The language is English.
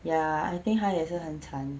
ya I think 她也是很惨